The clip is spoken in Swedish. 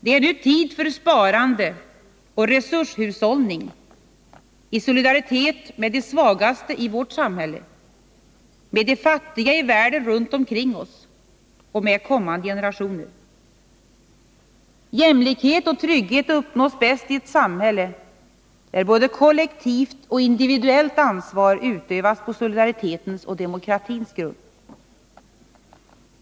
Det är nu tid för sparande och resurshushållning i solidaritet med de svagaste i vårt samhälle, med de fattiga i världen runt omkring oss och med kommande generationer. Jämlikhet och trygghet uppnås bäst i ett samhälle där både kollektivt och individuellt ansvar utövas på solidaritetens och demokratins grund.